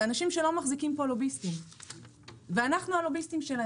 זה אנשים שלא מחזיקים פה לוביסטים ואנחנו הלוביסטים שלהם.